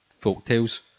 folktales